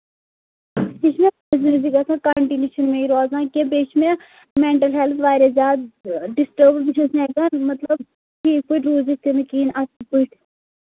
یہِ چھُ مےٚ قۅدرتی گژھن کَنٹِنیوٗ چھُنہٕ مےٚ یہِ روزان کیٚنٛہہ بیٚیہِ چھُ مےٚ مٮ۪نٹَل ہٮ۪لٔتھ واریاہ زیادٕ ڈِسٹٔربٔڈ بہٕ چھَس نہٕ ہٮ۪کان مطلب پرٛٲنۍ پٲٹھۍ روٗزِتھ تہِ نہٕ کِہیٖنٛۍ اَصٕل پٲٹھۍ